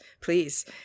please